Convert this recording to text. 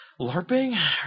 LARPing